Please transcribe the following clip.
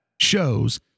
shows